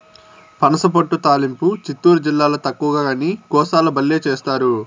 పనసపొట్టు తాలింపు చిత్తూరు జిల్లాల తక్కువగానీ, కోస్తాల బల్లే చేస్తారు